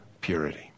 purity